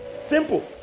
simple